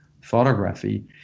photography